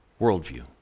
Worldview